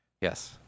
yes